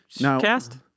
cast